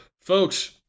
Folks